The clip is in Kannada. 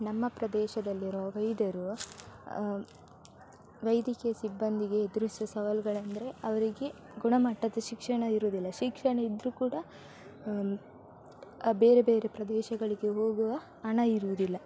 ನಮ್ಮ ಪ್ರದೇಶದಲ್ಲಿರುವ ವೈದ್ಯರು ವೈದ್ಯಕೀಯ ಸಿಬ್ಬಂದಿಗೆ ಎದುರಿಸುವ ಸವಾಲುಗಳೆಂದರೆ ಅವರಿಗೆ ಗುಣಮಟ್ಟದ ಶಿಕ್ಷಣ ಇರುವುದಿಲ್ಲ ಶಿಕ್ಷಣ ಇದ್ದರೂ ಕೂಡ ಬೇರೆ ಬೇರೆ ಪ್ರದೇಶಗಳಿಗೆ ಹೋಗುವ ಹಣ ಇರುವುದಿಲ್ಲ